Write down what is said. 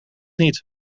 niet